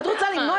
לא.